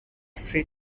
free